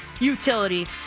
utility